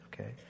Okay